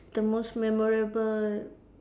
the most memorable